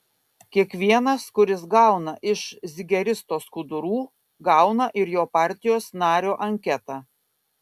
kiekvienas kuris gauna iš zigeristo skudurų gauna ir jo partijos nario anketą